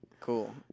cool